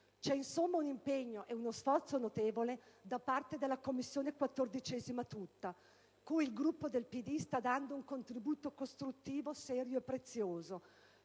C'è, insomma, un impegno e uno sforzo notevole, da parte della 14a Commissione tutta, cui il Gruppo del PD sta dando un contributo costruttivo, serio e prezioso,